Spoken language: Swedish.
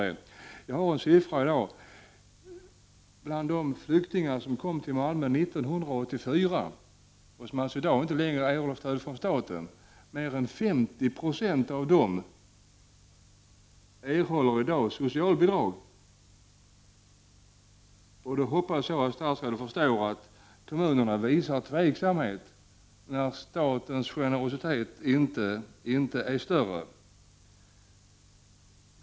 Jag kan som exempel nämna att det av de flyktingar som kom till Malmö 1984 och som i dag inte längre får stöd från staten är mer än 50 90 som erhåller socialbidrag. Jag hoppas att statsrådet förstår att kommunerna visar tveksamhet då statens generositet inte är större.